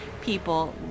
people